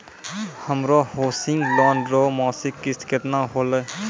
हमरो housing loan रो मासिक किस्त केतना होलै?